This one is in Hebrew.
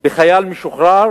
לחייל משוחרר